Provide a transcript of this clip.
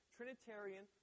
trinitarian